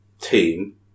team